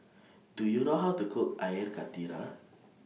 Do YOU know How to Cook Air Karthira